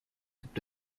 gibt